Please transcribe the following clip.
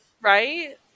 Right